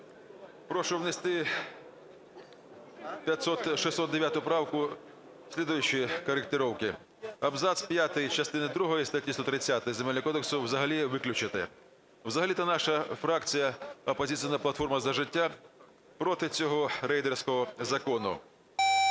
Прошу внести 609 правку, слідуючі коректировки. Абзац п'ятий частини другої статті 130 Земельного кодексу взагалі виключити. Взагалі-то наша фракція "Опозиційна платформа - За життя" проти цього рейдерського закону,